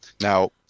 Now